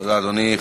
תודה, אדוני.